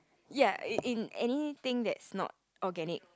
ya in in anything that is not organic